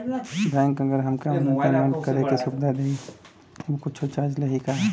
Bank अगर हमके online payment करे के सुविधा देही त बदले में कुछ चार्जेस लेही का?